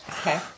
Okay